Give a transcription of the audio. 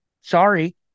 Sorry